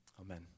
Amen